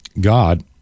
God